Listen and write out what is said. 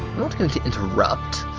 not going to interrupt,